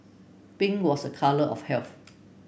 pink was a colour of health